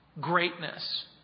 Greatness